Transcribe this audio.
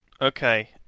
Okay